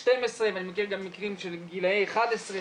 12 ואני מכיר גם מקרים של גילאי 11,